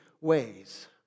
ways